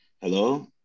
hello